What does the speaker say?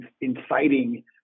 inciting